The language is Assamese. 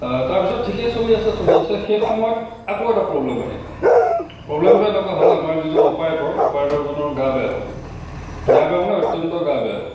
তাৰপিছত ঠিকে চলি আছে চলি আছে শেষ সময়ত আকৌ এটা প্ৰব্লেম আহিলে প্ৰব্লেমটো এনেকুৱা হ'ল আমাৰ যিজন অপাৰেটৰ অপাৰেটৰজনৰ গা বেয়া হ'ল গা বেয়া মানে অত্যন্ত গা বেয়া হ'ল